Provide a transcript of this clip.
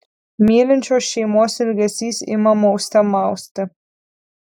mylinčios šeimos ilgesys ima mauste mausti